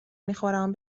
میخورم